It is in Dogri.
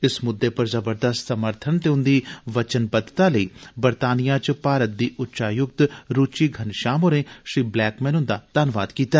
इस मुद्दे पर जबरदस्त समर्थन ते उंदी वचनबद्वता लेई बरतानिया च भारत दी उच्चायुक्त रूचि घनश्याम होरें श्री ब्लैकमैन दा धन्नबाद कीता